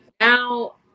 now